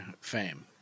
fame